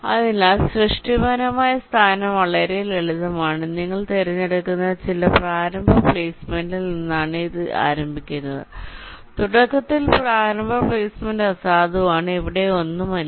അതിനാൽ സൃഷ്ടിപരമായ സ്ഥാനം വളരെ ലളിതമാണ് നിങ്ങൾ തിരഞ്ഞെടുക്കുന്ന ചില പ്രാരംഭ പ്ലെയ്സ്മെന്റിൽ നിന്നാണ് ഇത് ആരംഭിക്കുന്നത് തുടക്കത്തിൽ പ്രാരംഭ പ്ലേസ്മെന്റ് അസാധുവാണ് അവിടെ ഒന്നുമില്ല